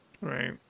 Right